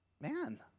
man